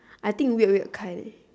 I think weird weird kind leh